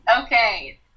Okay